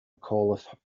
mcauliffe